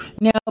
No